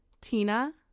Tina